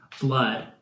blood